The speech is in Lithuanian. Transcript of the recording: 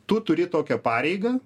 tu turi tokią pareigą